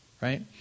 right